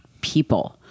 people